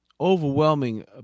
overwhelming